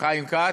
חיים כץ,